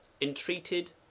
entreated